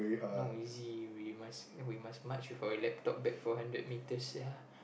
not easy we must we must march with our laptop back for hundred meters sia